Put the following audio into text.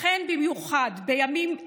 לכן, במיוחד בימים אלו,